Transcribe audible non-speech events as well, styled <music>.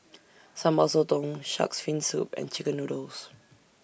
<noise> Sambal Sotong Shark's Fin Soup and Chicken Noodles